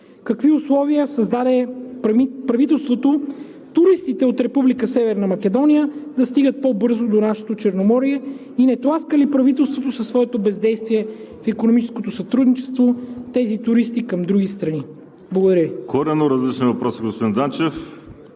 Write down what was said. Какви условия създаде правителството туристите от Република Северна Македония да стигат по-бързо до нашето Черноморие и не тласка ли правителството със своето бездействие в икономическото сътрудничество тези туристи към други страни? Благодаря Ви. ПРЕДСЕДАТЕЛ ВАЛЕРИ СИМЕОНОВ: Коренно различни въпроси, господин Данчев.